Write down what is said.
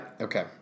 Okay